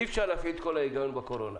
אי-אפשר להפעיל את כל ההיגיון בקורונה,